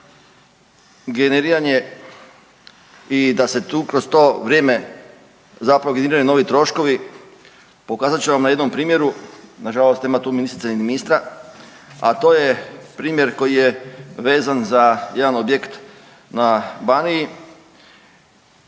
generiran je i da se tu kroz to vrijeme zapravo generiraju novi troškovi pokazat ću vam na jednom primjeru. Na žalost nema tu ministrice ni ministra, a to je primjer koji je vezan za jedan objekt na Baniji.